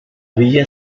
villa